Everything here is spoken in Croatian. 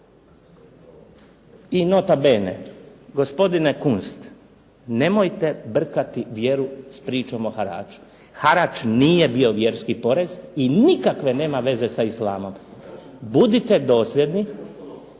I nota bene gospodine Kunst nemojte brkati vjeru s pričom o haraču. Harač nije bio vjerski porez i nikakve nema veze sa Islamom. Budite dosljedni,